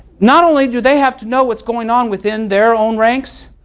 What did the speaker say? not only do they have to know what is going on within their own ranks,